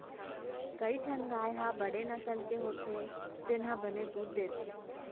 कई ठन गाय ह बड़े नसल के होथे जेन ह बने दूद देथे